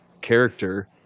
character